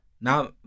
now